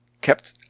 kept